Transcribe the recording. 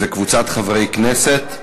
וקבוצת חברי הכנסת.